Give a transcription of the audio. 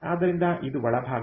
ಆದ್ದರಿಂದ ಇದು ಒಳಭಾಗ